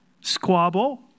Squabble